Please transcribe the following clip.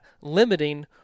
limiting